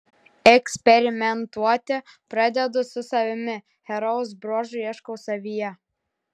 eksperimentuoti pradedu su savimi herojaus bruožų ieškau savyje